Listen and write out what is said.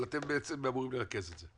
אבל אתם בעצם אמורים לרכז את זה